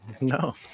no